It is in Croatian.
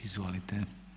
Izvolite.